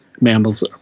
Mammals